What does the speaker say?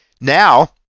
Now